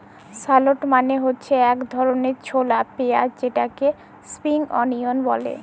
shallot মানে হচ্ছে এক ধরনের ছোলা পেঁয়াজ যেটাকে স্প্রিং অনিয়ন বলে